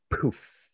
poof